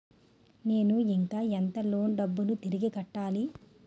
నేను ఇంకా ఎంత లోన్ డబ్బును తిరిగి కట్టాలి?